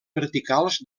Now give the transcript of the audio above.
verticals